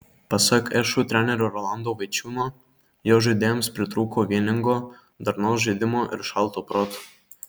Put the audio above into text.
pasak šu trenerio rolando vaičiūno jo žaidėjams pritrūko vieningo darnaus žaidimo ir šalto proto